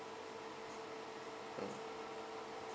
hmm